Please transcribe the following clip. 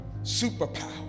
superpower